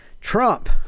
Trump